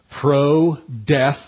pro-death